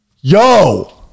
yo